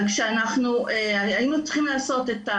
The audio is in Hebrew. אבל כשאנחנו היינו צריכים לעשות,